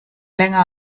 länger